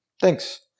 Thanks